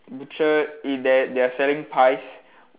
butcher i~ they they are selling pies